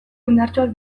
indartsuak